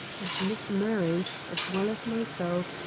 and miss murray, as well as myself,